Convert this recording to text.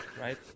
right